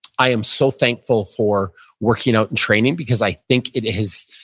i am so thankful for working out and training because i think it has,